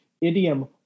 idiom